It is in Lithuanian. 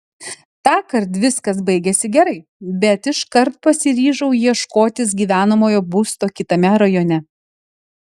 tąkart viskas baigėsi gerai bet iškart pasiryžau ieškotis gyvenamojo būsto kitame rajone